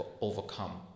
overcome